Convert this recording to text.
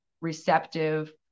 receptive